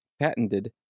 patented